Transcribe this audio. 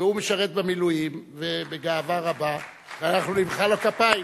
והוא משרת במילואים בגאווה רבה ואנחנו נמחא לו כפיים.